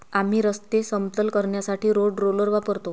आम्ही रस्ते समतल करण्यासाठी रोड रोलर वापरतो